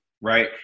right